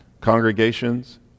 congregations